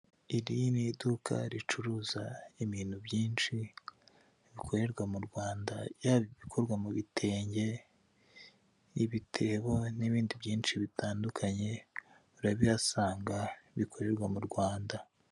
Iri ni iduka ricuruza ibintu byinshi bikorerwa mu Rwanda, yaba ibikorwa mu bitenge, ibitebo n'ibindi byinshi bitandukanye urabihasanga bikorerwa mu Rwanda.